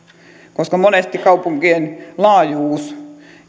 koska monesti kaupunkien laajuuden